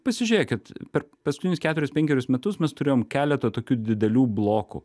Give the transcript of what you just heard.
pasižiūrėkit per paskutinius keturis penkerius metus mes turėjom keletą tokių didelių blokų